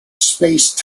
space